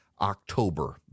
October